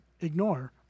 ignore